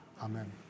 Amen